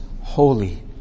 holy